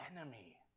enemy